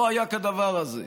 לא היה כדבר הזה.